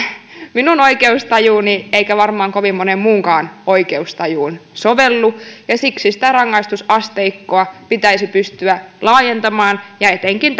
minun oikeustajuuni eikä varmaan kovin monen muunkaan oikeustajuun sovellu ja siksi sitä rangaistusasteikkoa pitäisi pystyä laajentamaan ja etenkin